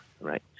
right